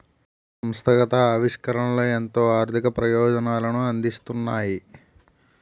సంస్థాగత ఆవిష్కరణలే ఎంతో ఆర్థిక ప్రయోజనాలను అందిస్తున్నాయి